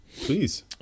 Please